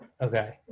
Okay